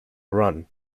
run